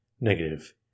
Negative